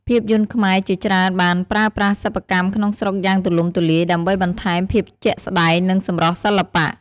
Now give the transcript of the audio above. ភាពយន្តខ្មែរជាច្រើនបាន ប្រើប្រាស់សិប្បកម្មក្នុងស្រុកយ៉ាងទូលំទូលាយ ដើម្បីបន្ថែមភាពជាក់ស្តែង និងសម្រស់សិល្បៈ។